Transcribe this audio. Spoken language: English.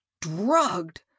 Drugged